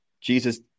Jesus